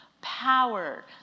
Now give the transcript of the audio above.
power